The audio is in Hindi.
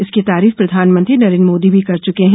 इसकी तारीफ प्रधानमंत्री नरेन्द्र मोदी भी कर चुके हैं